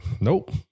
Nope